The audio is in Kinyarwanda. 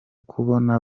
kubona